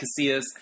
Casillas